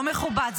לא מכובד.